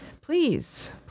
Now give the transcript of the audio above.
please